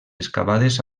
excavades